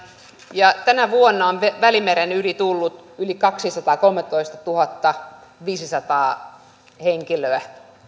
ja tänä vuonna on välimeren yli tullut yli kaksisataakolmetoistatuhattaviisisataa henkilöä